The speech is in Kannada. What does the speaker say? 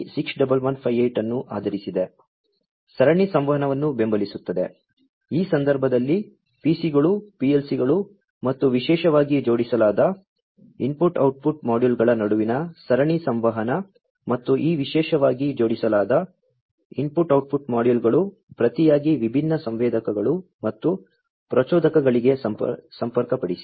ಸರಣಿ ಸಂವಹನವನ್ನು ಬೆಂಬಲಿಸುತ್ತದೆ ಈ ಸಂದರ್ಭದಲ್ಲಿ PC ಗಳು PLC ಗಳು ಮತ್ತು ವಿಶೇಷವಾಗಿ ಜೋಡಿಸಲಾದ IO ಮಾಡ್ಯೂಲ್ಗಳ ನಡುವಿನ ಸರಣಿ ಸಂವಹನ ಮತ್ತು ಈ ವಿಶೇಷವಾಗಿ ಜೋಡಿಸಲಾದ IO ಮಾಡ್ಯೂಲ್ಗಳು ಪ್ರತಿಯಾಗಿ ವಿಭಿನ್ನ ಸಂವೇದಕಗಳು ಮತ್ತು ಪ್ರಚೋದಕಗಳಿಗೆ ಸಂಪರ್ಕಪಡಿಸಿ